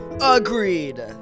Agreed